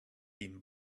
been